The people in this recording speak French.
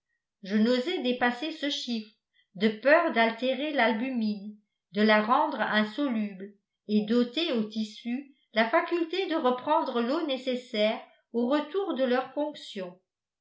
je n'osai dépasser ce chiffre de peur d'altérer l'albumine de la rendre insoluble et d'ôter aux tissus la faculté de reprendre l'eau nécessaire au retour de leurs fonctions